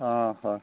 অঁ হয়